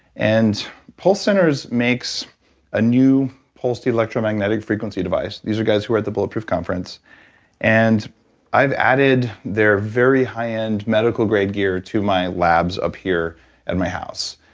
and pulse centers makes a new pulsed electromagnetic frequency device. these are guys who were at the bulletproof conference and i've added their very high-end medical grade gear to my labs up here at my house.